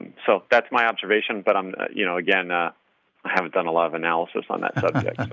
so that's my observation, but um you know again ah i haven't done a lot of analysis on that subject